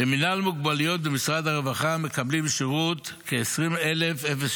במינהל מוגבלויות במשרד הרווחה מקבלים שירות כ-20,070